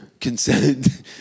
Consent